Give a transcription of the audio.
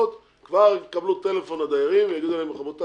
כבר יקבלו הדיירים טלפון ויגידו להם: רבותי,